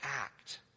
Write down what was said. act